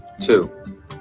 Two